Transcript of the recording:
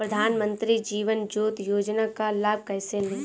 प्रधानमंत्री जीवन ज्योति योजना का लाभ कैसे लें?